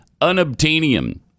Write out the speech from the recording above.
unobtainium